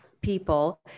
people